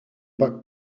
pas